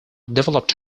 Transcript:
developed